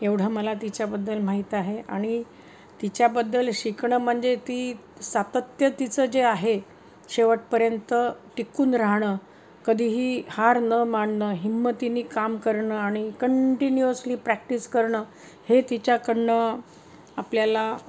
एवढं मला तिच्याबद्दल माहीत आहे आणि तिच्याबद्दल शिकणं म्हणजे ती सातत्य तिचं जे आहे शेवटपर्यंत टिकून राहणं कधीही हार न मानणं हिमतीने काम करणं आणि कंटिन्यूअसली प्रॅक्टिस करणं हे तिच्याकडून आपल्याला